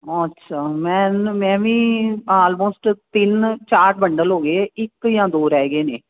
ਅੱਛਾ ਮੈਨੂੰ ਮੈਂ ਵੀ ਆਲਮੋਸਟ ਤਿੰਨ ਚਾਰ ਬੰਡਲ ਹੋ ਗਏ ਇੱਕ ਜਾਂ ਦੋ ਰਹਿ ਗਏ ਨੇ